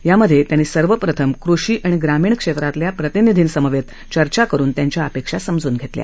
यामधे त्यांनी सर्वप्रथम कृषी आणि ग्रामीण क्षेत्रातल्या प्रतिनिधींसमवेत चर्चा करुन त्यांच्या अपेक्षा समजून घेतल्या